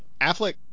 affleck